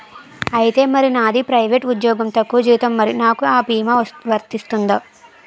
ఐతే మరి నాది ప్రైవేట్ ఉద్యోగం తక్కువ జీతం మరి నాకు అ భీమా వర్తిస్తుందా?